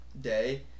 day